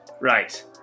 right